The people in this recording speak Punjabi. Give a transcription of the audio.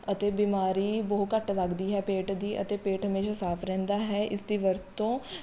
ਅਤੇ ਬਿਮਾਰੀ ਬਹੁਤ ਘੱਟ ਲੱਗਦੀ ਹੈ ਪੇਟ ਦੀ ਅਤੇ ਪੇਟ ਹਮੇਸ਼ਾ ਸਾਫ ਰਹਿੰਦਾ ਹੈ ਇਸ ਦੀ ਵਰਤੋਂ